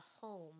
home